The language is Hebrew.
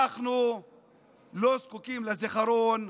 אנחנו לא זקוקים לזיכרון.